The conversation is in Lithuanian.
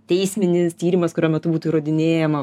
teisminis tyrimas kurio metu būtų įrodinėjama